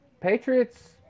Patriots